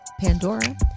Pandora